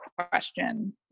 question